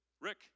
Rick